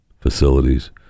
facilities